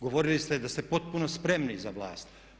Govorili ste da ste potpuno spremni za vlast.